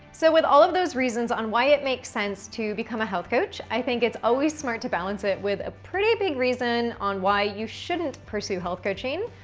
so with all of those reasons on why it makes sense to become a health coach, i think it's always smart to balance it with a pretty big reason on why you shouldn't pursue health coaching.